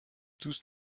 tous